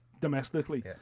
domestically